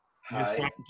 Hi